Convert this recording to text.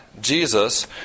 Jesus